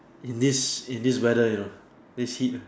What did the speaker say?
in this in this weather you know this heat ah